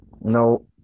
No